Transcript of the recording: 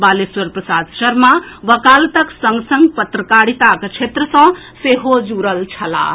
बालेश्वर प्रसाद शर्मा वकालतक संग संग पत्रकारिताक क्षेत्र सँ सेहो जुड़ल छलाह